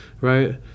right